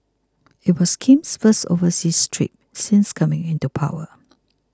it was Kim's first overseas trip since coming into power